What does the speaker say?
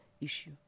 issue